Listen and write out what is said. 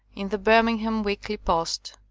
in the birmingham weekly post.